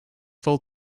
full